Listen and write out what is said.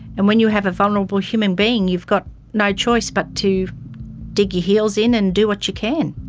and when you have a vulnerable human being, you've got no choice but to dig your heels in and do what you can.